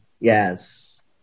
Yes